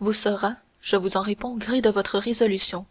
vous saura je vous en réponds gré de votre résolution